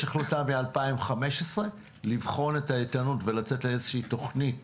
יש החלטה מ-2015 לבחון את האיתנות ולצאת לאיזושהי תוכנית